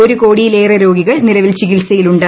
ഒരു കോടിയിലേറെ രോഗികൾ നിലവിൽ ചികിത്സയിലുണ്ട്